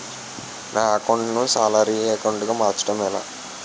నా అకౌంట్ ను salary account గా మార్చటం ఎలా?